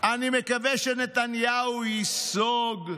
אני מקווה שנתניהו ייסוג,